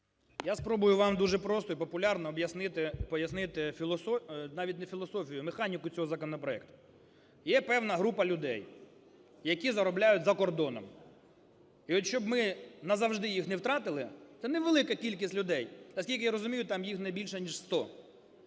і пояснити філософію, навіть не філософію, механіку цього законопроекту. Є певна група людей, які заробляють за кордоном. І от, щоб ми назавжди їх не втратили, це невелика кількість людей, наскільки я розумію, там їх не більше ніж сто,